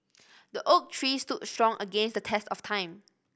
the oak tree stood strong against the test of time